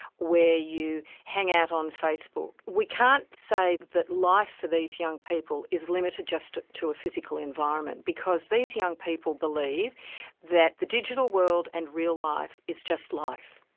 you hang out on facebook. we can't say that life for these young people is limited just to a physical environment, because these young people believe that the digital world and real life is just life.